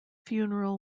funeral